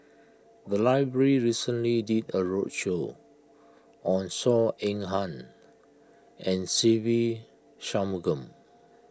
the library recently did a roadshow on Saw Ean Ang and Se Ve Shanmugam